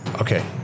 Okay